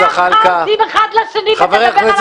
--- אחד לשני ותדבר על הרוצחים.